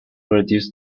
reduce